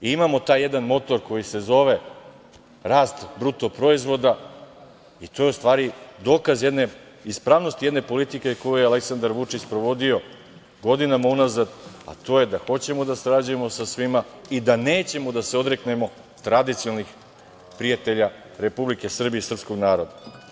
Imamo taj jedan motor koji se zove rast bruto proizvoda i to je u stvari dokaz jedne ispravnosti, jedne politike koju je Aleksandar Vučić sprovodio godinama unazad, a to je da hoćemo da sarađujemo sa svima i da nećemo da se odreknemo tradicionalnih prijatelja Republike Srbije i srpskog naroda.